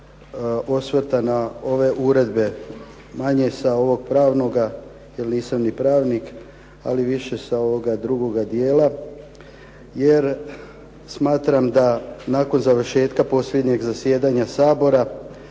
osvrta na ove uredbe, manje sa ovog pravnoga jer nisam ni pravnik, ali više sa ovoga drugoga dijela jer smatram da nakon završetka posljednjeg zasjedanja Sabora,